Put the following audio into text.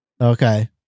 Okay